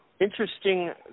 Interesting